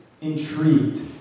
intrigued